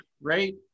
right